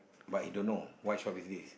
but he don't know what shop is this